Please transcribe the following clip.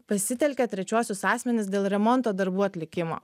pasitelkia trečiuosius asmenis dėl remonto darbų atlikimo